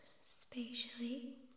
spatially